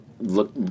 look